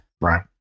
Right